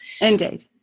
Indeed